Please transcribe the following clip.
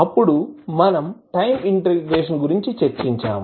అప్పుడు మనం time integration గురించి చర్చించాము